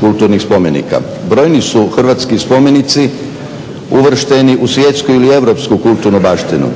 kulturnih spomenika. Brojni su hrvatski spomenici uvršteni u svjetsku ili europsku kulturnu baštinu.